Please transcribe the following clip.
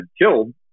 killed